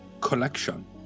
collection